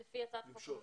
למשוך?